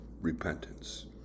repentance